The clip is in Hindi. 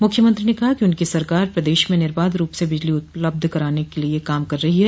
मुख्यमंत्री ने कहा कि उनकी सरकार प्रदेश में निर्बाध रूप से बिजली उपलब्ध कराने के लिए काम कर रही है